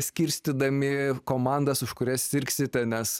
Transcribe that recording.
skirstydami komandas už kurias sirgsite nes